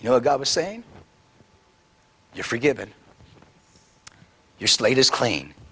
you know god was saying you're forgiven your slate is clean